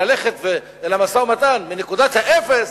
ללכת למשא-ומתן מנקודת האפס,